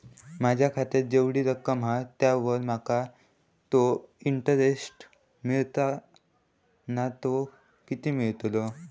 माझ्या खात्यात जेवढी रक्कम हा त्यावर माका तो इंटरेस्ट मिळता ना तो किती मिळतलो?